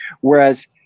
Whereas